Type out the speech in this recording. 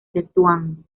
tetuán